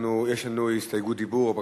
יש לנו הסתייגות דיבור של